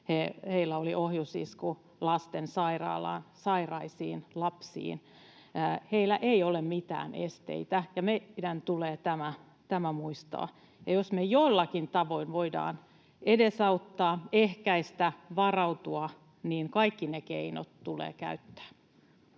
heillä oli ohjusisku lastensairaalaan, sairaisiin lapsiin. Heillä ei ole mitään esteitä, ja meidän tulee tämä muistaa. Jos me jollakin tavoin voidaan edesauttaa, ehkäistä, varautua, niin kaikki ne keinot tulee käyttää.